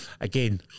Again